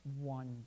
one